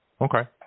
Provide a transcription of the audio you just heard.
Okay